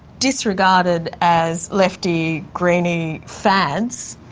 disregarded as lefty, greenie fads,